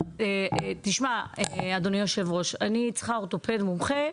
תשמע אדוני יושב הראש אני צריכה אורתופד מומחה,